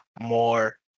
more